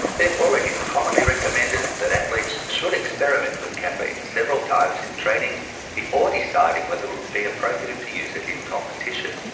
therefore it is commonly recommended that athletes should experiment with caffeine several times in training before deciding whether it would be appropriate to use it in competition.